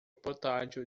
portátil